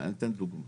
אני אתן דוגמה.